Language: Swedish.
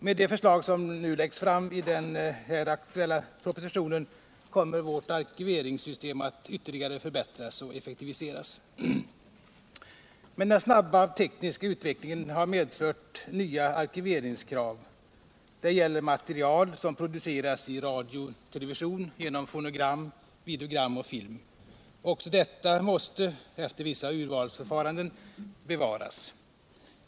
Med de förslag som läggs fram i den nu aktuella propositionen kommer vårt arkiveringssystem att ytterligare förbättras och effektiviseras. Men den snabba tekniska utvecklingen har medfört nya arkiveringskrav. Det gäller material som produceras av radio och TV genom fonogram, videogram och film. Även detta måste efter visst urvalsförfarande bevaras.